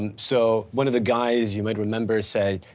and so one of the guys you might remember, say,